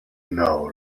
now